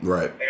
Right